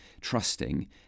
trusting